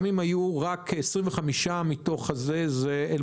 גם אם היו רק 25 מתוך הסכום הכללי,